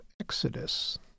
Exodus